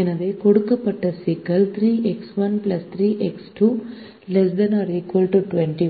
எனவே கொடுக்கப்பட்ட சிக்கல் 3X1 3X2 ≤ 21